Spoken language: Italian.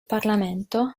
parlamento